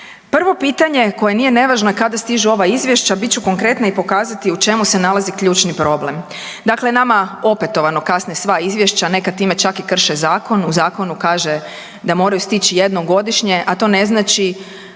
Prvo pitanje koje nije nevažno, a kada stižu ova izvješća, bit ću konkretna i pokazati u čemu se nalazi ključni problem. Dakle, nama opetovano kasne sva izvješća, neka time čak i krše zakon, u zakonu kaže da moraju stići jednom godišnje, a to ne znači